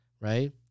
right